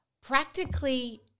Practically